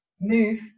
Move